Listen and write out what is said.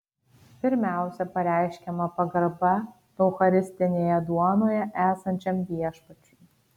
pirmiausia pareiškiama pagarba eucharistinėje duonoje esančiam viešpačiui